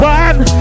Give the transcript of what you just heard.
one